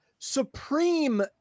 Supreme